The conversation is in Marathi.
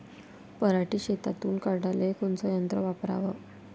पराटी शेतातुन काढाले कोनचं यंत्र वापराव?